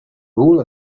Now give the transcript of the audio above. wool